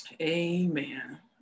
Amen